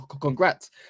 congrats